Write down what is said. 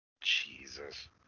Jesus